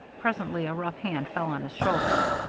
presently a rough hand fell on his shoulder.